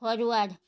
forward